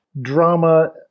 drama